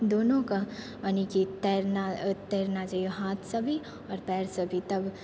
दुनूके यानीकि तैरना चाही हाथसँ भी आओर पाएरसँ भी तब